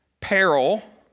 peril